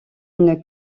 une